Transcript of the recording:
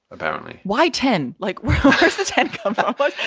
apparently why ten like christmas had come ah but